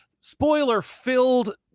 spoiler-filled